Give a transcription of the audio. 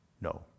no